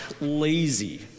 lazy